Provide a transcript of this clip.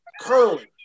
Curly